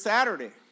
Saturday